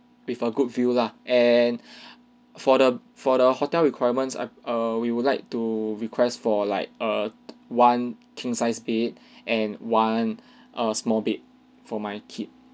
with a good view lah and for the for the hotel requirements are err we would like to request for like err one king size bed and one err small bed for my kid